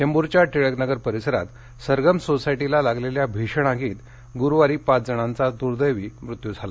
चेंबूरच्या टिळकनगर परिसरात सरगम सोसायटीला लागलेल्या भीषण आगीत गुरुवारी पाच जणांचा दु्दैंवी मृत्यू झाला